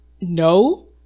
no